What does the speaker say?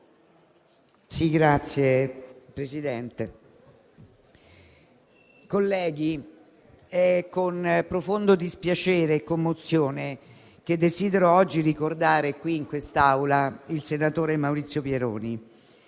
Signor Presidente, colleghi, è con profondo dispiacere e commozione che desidero oggi ricordare in quest'Aula il senatore Maurizio Pieroni,